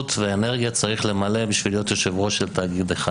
ואנרגיה צריך למלא בשביל להיות יושב-ראש של תאגיד אחד,